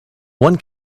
one